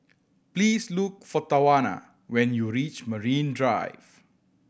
please look for Tawana when you reach Marine Drive